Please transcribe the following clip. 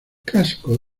casco